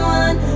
one